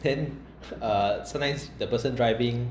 then err sometimes the person driving